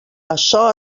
açò